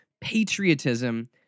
patriotism